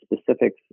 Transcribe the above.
specifics